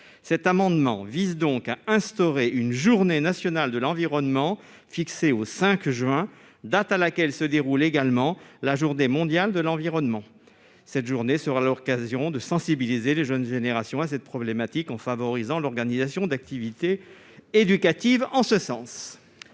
Cet amendement vise donc à instaurer une journée nationale de l'environnement, fixée au 5 juin, date à laquelle se déroule également la journée mondiale de l'environnement. Cette journée nationale sera l'occasion de sensibiliser les jeunes générations à cette problématique, en favorisant l'organisation d'actions éducatives. Quel est